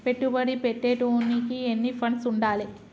పెట్టుబడి పెట్టేటోనికి ఎన్ని ఫండ్స్ ఉండాలే?